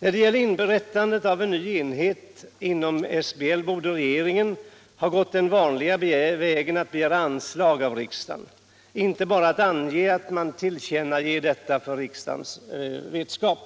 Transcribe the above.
När det gäller inrättande av eri ny enhet inom SBL borde regeringen ha gått den vanliga vägen och begärt anslag av riksdagen, inte bara tillkännagivit det här för riksdagens vetskap.